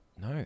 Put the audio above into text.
No